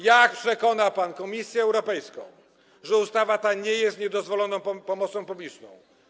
Jak przekona pan Komisję Europejską, że ustawa ta nie stanowi niedozwolonej pomocy publicznej?